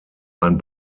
ein